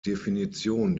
definition